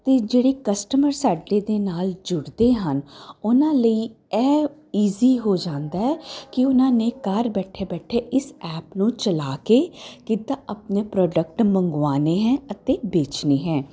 ਅਤੇ ਜਿਹੜੇ ਕਸਟਮਰ ਸਾਡੇ ਦੇ ਨਾਲ ਜੁੜਦੇ ਹਨ ਉਹਨਾਂ ਲਈ ਇਹ ਈਜ਼ੀ ਹੋ ਜਾਂਦਾ ਹੈ ਕਿ ਉਹਨਾਂ ਨੇ ਘਰ ਬੈਠੇ ਬੈਠੇ ਇਸ ਐਪ ਨੂੰ ਚਲਾ ਕੇ ਕਿੱਦਾਂ ਆਪਣੇ ਪ੍ਰੋਡਕਟ ਮੰਗਵਾਉਣੇ ਹੈ ਅਤੇ ਵੇਚਣੇ ਹੈ